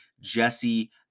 Jesse